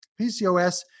PCOS